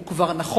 הוא כבר נכון.